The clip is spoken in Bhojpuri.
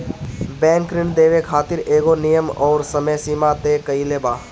बैंक ऋण देवे खातिर एगो नियम अउरी समय सीमा तय कईले बा